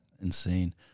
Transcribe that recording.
insane